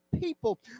people